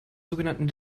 sogenannten